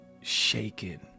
shaken